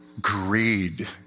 greed